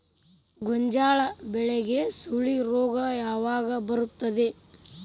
ಗೋಂಜಾಳ ಬೆಳೆಗೆ ಸುಳಿ ರೋಗ ಯಾವಾಗ ಬರುತ್ತದೆ?